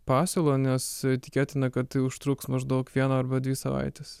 pasiūlą nes tikėtina kad tai užtruks maždaug vieną arba dvi savaites